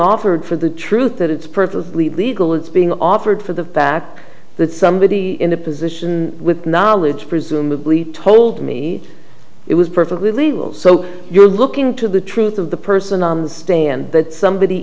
offered for the truth that it's perfectly legal it's being offered for the fact that somebody in a position with knowledge presumably told me it was perfectly legal so you're looking to the truth of the person on the stand that somebody